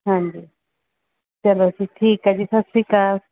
ਹਾਂਜੀ ਚਲੋ ਜੀ ਠੀਕ ਹੈ ਜੀ ਸਤਿ ਸ਼੍ਰੀ ਅਕਾਲ